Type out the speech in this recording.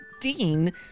Dean